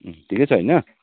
ठिकै छ होइन